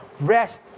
Rest